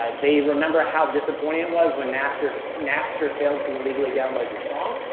um they remember how disappointing it was when napster napster failed to illegally download your song,